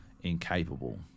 incapable